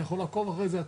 אתה יכול לעקוב אחרי זה.